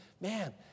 Man